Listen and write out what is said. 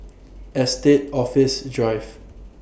Estate Office Drive